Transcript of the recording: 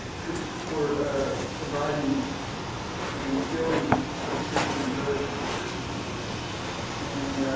for ah providing and billing prescription drugs, prescriptions and